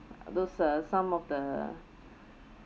those uh some of the